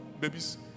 babies